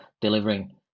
delivering